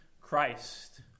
Christ